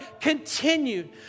continued